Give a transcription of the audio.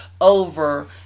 over